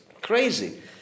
crazy